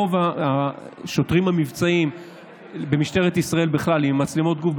רוב השוטרים המבצעיים במשטרת ישראל בכלל הם עם מצלמות גוף,